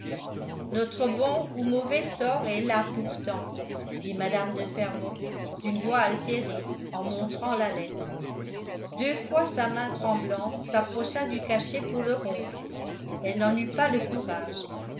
notre bon ou mauvais sort est là pourtant dit mme de fermont d'une voix altérée en montrant la lettre deux fois sa main tremblante s'approcha du cachet pour le rompre elle n'en eut pas le courage